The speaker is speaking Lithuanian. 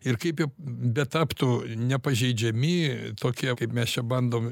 ir kaip jie betaptų nepažeidžiami tokie kaip mes čia bandom